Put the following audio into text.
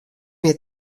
mear